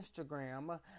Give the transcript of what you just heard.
instagram